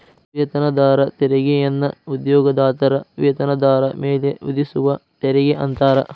ವೇತನದಾರ ತೆರಿಗೆಯನ್ನ ಉದ್ಯೋಗದಾತರ ವೇತನದಾರ ಮೇಲೆ ವಿಧಿಸುವ ತೆರಿಗೆ ಅಂತಾರ